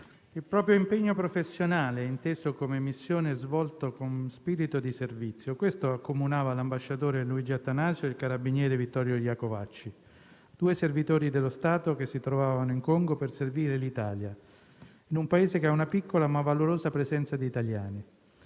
il proprio impegno professionale inteso come missione e svolto con spirito di servizio: questo accomunava l'ambasciatore Luca Attanasio e il carabiniere Vittorio Iacovacci, due servitori dello Stato che si trovavano in Congo per servire l'Italia in un Paese che ha una piccola, ma valorosa presenza di italiani.